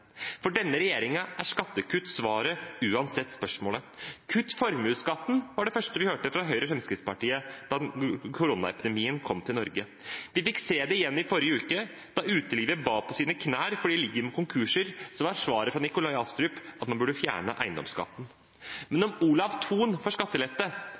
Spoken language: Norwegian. For denne regjeringen er skattekutt svaret, uansett spørsmålet. Kutt formuesskatten, var det første vi hørte fra Høyre og Fremskrittspartiet da koronaepidemien kom til Norge. Vi fikk se det igjen i forrige uke da utelivet ba på sine knær fordi de frykter konkurser. Da var svaret fra Nikolai Astrup at man burde fjerne eiendomsskatten. Om Olav Thon får skattelette,